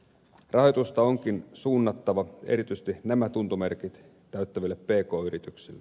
rahoitusta onkin suunnattava erityisesti nämä tuntomerkit täyttäville pk yrityksille